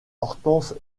hortense